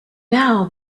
now